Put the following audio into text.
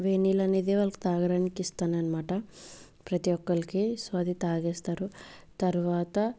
వేడి నీళ్లు అనేది వాళ్ళకి తాగడానికి ఇస్తాను అన్నమాట ప్రతి ఒక్కరికి సో అది తాగేస్తారు తర్వాత